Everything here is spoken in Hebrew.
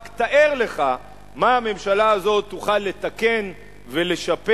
רק תאר לך מה הממשלה הזאת תוכל לתקן ולשפר,